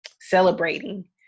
celebrating